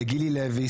לגילי לוי,